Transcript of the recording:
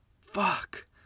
Fuck